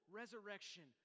resurrection